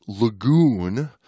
Lagoon